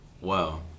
Wow